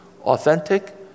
authentic